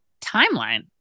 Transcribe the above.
timeline